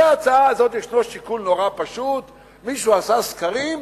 מאחורי ההצעה הזאת יש שיקול נורא פשוט: מישהו עשה סקרים,